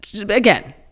again